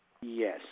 Yes